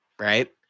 Right